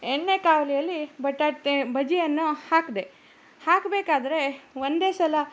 ಎಣ್ಣೆ ಕಾವಲಿಯಲ್ಲಿ ಬಟಾಟೆ ಬಜ್ಜಿಯನ್ನು ಹಾಕಿದೆ ಹಾಕಬೇಕಾದ್ರೆ ಒಂದೆ ಸಲ